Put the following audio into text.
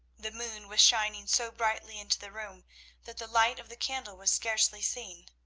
the moon was shining so brightly into the room that the light of the candle was scarcely seen.